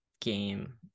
game